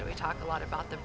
so we talk a lot about the